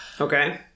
Okay